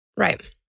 Right